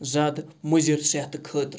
زیادٕ مُضِر صحتہٕ خٲطرٕ